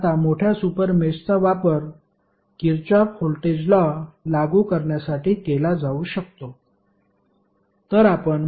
आता मोठ्या सुपर मेषचा वापर किरचॉफ व्होल्टेज लॉ लागू करण्यासाठी केला जाऊ शकतो